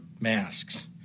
masks